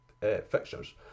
fixtures